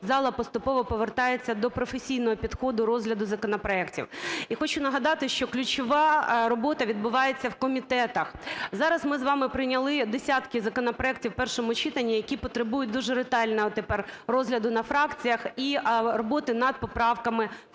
зала поступово повертається до професійного підходу розгляду законопроектів. І хочу нагадати, що ключова робота відбувається в комітетах. Зараз ми з вами прийняли десятки законопроектів в першому читанні, які потребують дуже ретельного тепер розгляду на фракціях і роботи над поправками